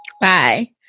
Bye